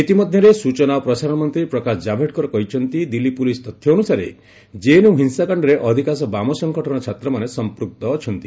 ଇତିମଧ୍ୟରେ ସ୍ଟଚନା ଓ ପ୍ରସାରଣ ମନ୍ତ୍ରୀ ପ୍ରକାଶ ଜାଭଡେକର କହିଛନ୍ତି ଦିଲ୍ଲୀ ପ୍ରଲିସ୍ ତଥ୍ୟ ଅନ୍ରସାରେ ଜେଏନ୍ୟ ହିଂସାକାଶ୍ଡରେ ଅଧିକାଂଶ ବାମ ସଂଗଠନର ଛାତ୍ରମାନେ ସଂପୂକ୍ତ ଅଛନ୍ତି